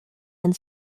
and